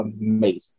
amazing